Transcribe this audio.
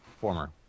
Former